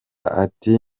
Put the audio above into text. ati